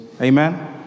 Amen